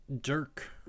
Dirk